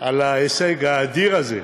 אז אני